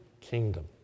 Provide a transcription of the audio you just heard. kingdom